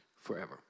forever